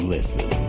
Listen